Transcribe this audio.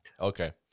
Okay